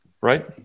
Right